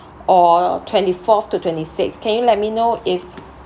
or twenty-fourth to twenty-sixth can you let me know if